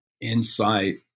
insight